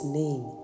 name